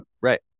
Right